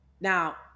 Now